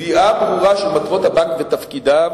קביעה ברורה של מטרות הבנק ותפקידיו,